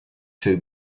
two